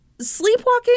Sleepwalking